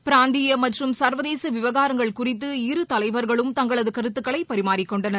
பிராந்தியமற்றம் சர்வதேசவிவகாரங்கள் குறித்து இரு தலைவர்களும் தங்களதுகருத்துக்களைபரிமாறிக்கொண்டனர்